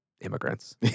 immigrants